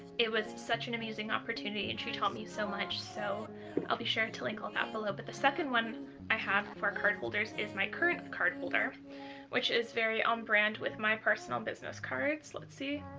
it was such an amazing opportunity and she taught me so much, so i'll be sure to link um that below but the second one i have for card holders is my current card holder which is very own brand with my personal business cards let's see.